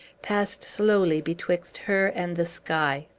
passed slowly betwixt her and the sky!